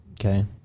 okay